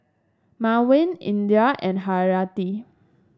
Mawar Indra and Haryati